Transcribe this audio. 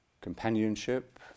companionship